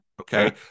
Okay